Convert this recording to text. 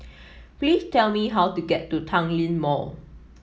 please tell me how to get to Tanglin Mall